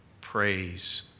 praise